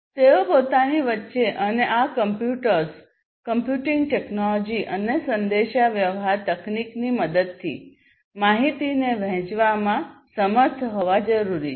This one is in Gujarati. તેઓએ પોતાની વચ્ચે અને આ કમ્પ્યુટર્સ કમ્પ્યુટિંગ ટેકનોલોજી અને સંદેશાવ્યવહાર તકનીકની મદદથી માહિતીને વહેંચવામાં સમર્થ હોવા જરૂરી છે